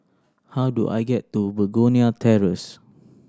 how do I get to Begonia Terrace